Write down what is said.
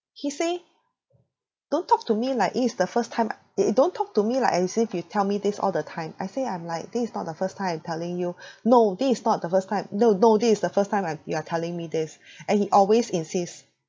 he say don't talk to me like it is the first time it don't talk to me like as if you tell me this all the time I say I'm like this is not the first time I'm telling you no this is not the first time no no this is the first time I'm you are telling me this and he always insists